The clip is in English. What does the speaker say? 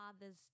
Father's